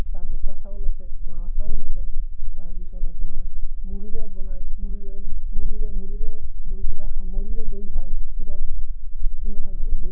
তাত বোকা চাউল আছে বৰা চাউল আছে তাৰপিছত আপোনাৰ মুড়িৰে বনায় মুড়িৰে মুড়িৰে মুড়িৰে দৈ চিৰা খায় মুড়িৰে দৈ খায় চিৰা নহয় বাৰু দৈ খায়